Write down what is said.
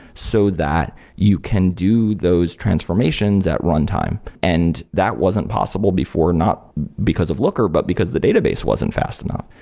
so that you can do those transformations at runtime. and that wasn't possible before. not because of looker, but because the database wasn't fast enough.